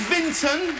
Vinton